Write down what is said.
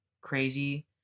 crazy